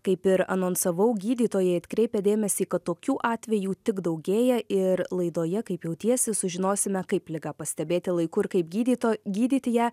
kaip ir anonsavau gydytojai atkreipia dėmesį kad tokių atvejų tik daugėja ir laidoje kaip jautiesi sužinosime kaip ligą pastebėti laiku ir kaip gydyto gydyti ją